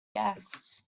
guests